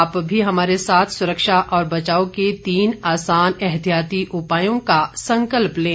आप भी हमारे साथ सुरक्षा और बचाव के तीन आसान एहतियाती उपायों का संकल्प लें